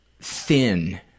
thin